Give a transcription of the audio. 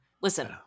Listen